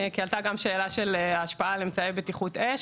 כי עלתה גם שאלה על ההשפעה על אמצעי בטיחות אש,